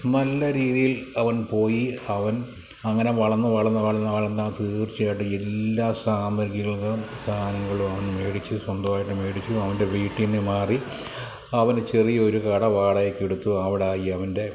നല്ല രീതിയിൽ അവൻ പോയി അവൻ അങ്ങനെ വളർന്ന് വളർന്ന് വളർന്ന് വളർന്ന് അവൻ തീർച്ചയായിട്ടും എല്ലാ സാമഗ്രികളും സാധനങ്ങളും അവൻ മേടിച്ചു സ്വന്തമായിട്ട് മേടിച്ചു അവൻ്റെ വീട്ടില്നിന്ന് മാറി അവൻ ചെറിയൊരു കട വാടകയ്ക്കെടുത്തു അവിടെയായി അവൻ്റെ